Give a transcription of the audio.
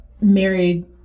married